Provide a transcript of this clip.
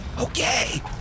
Okay